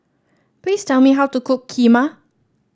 please tell me how to cook Kheema